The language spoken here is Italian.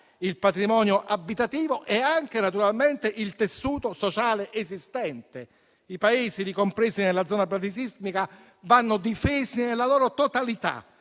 il patrimonio abitativo e anche, naturalmente, il tessuto sociale esistente. I paesi ricompresi nella zona bradisismica vanno difesi nella loro totalità,